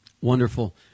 Wonderful